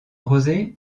rosé